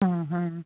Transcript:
ಆ ಹಾಂ